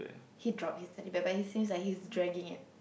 he dropped his Teddy Bear but he seems like he's dragging it